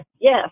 yes